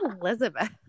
Elizabeth